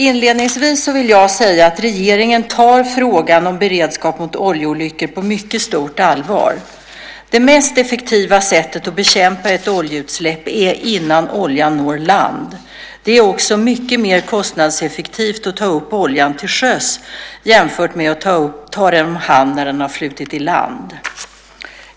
Inledningsvis vill jag säga att regeringen tar frågan om beredskap mot oljeolyckor på mycket stort allvar. Det mest effektiva sättet att bekämpa ett oljeutsläpp är innan oljan når land. Det är också mycket mer kostnadseffektivt att ta upp oljan till sjöss jämfört med att ta hand om den när den har flutit i land.